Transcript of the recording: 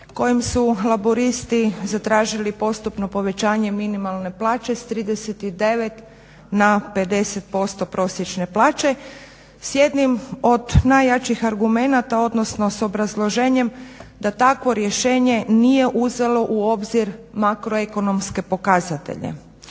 kojim su laburisti zatražili postupno povećanje minimalne plaće s 39 na 50% prosječne plaće s jednim od najjačih argumenata, odnosno s obrazloženjem da takvo rješenje nije uzelo u obzir makroekonomske pokazatelje.